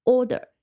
Order